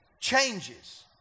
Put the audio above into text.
changes